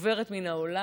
עוברת מן העולם,